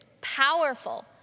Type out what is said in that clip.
powerful